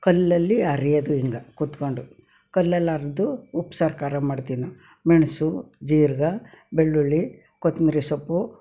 ಕಲ್ಲಲ್ಲಿ ಅರೆಯೋದ್ರಿಂದ ಕೂತ್ಕೊಂಡು ಕಲ್ಲಲ್ಲಿ ಅರೆದು ಉಪ್ಸಾರು ಖಾರ ಮಾಡ್ತೀವಿ ನಾವು ಮೆಣಸು ಜೀರಿಗೆ ಬೆಳ್ಳುಳ್ಳಿ ಕೊತ್ತಂಬರಿ ಸೊಪ್ಪು